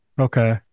Okay